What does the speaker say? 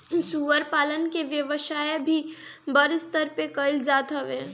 सूअर पालन के व्यवसाय भी बड़ स्तर पे कईल जात हवे